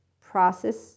process